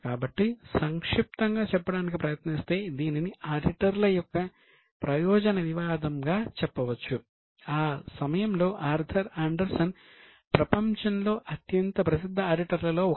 కాబట్టి సంక్షిప్తంగా చెప్పడానికి ప్రయత్నిస్తే దీనిని ఆడిటర్ల యొక్క ప్రయోజన వివాదంగా చెప్పవచ్చు ఆ సమయంలో ఆర్థర్ అండర్సన్ ప్రపంచంలో అత్యంత ప్రసిద్ధ ఆడిటర్లలో ఒకరు